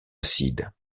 acides